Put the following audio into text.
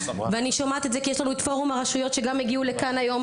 ואני שומעת את זה כי יש לנו את פורום הרשויות שגם הגיעו לכאן היום,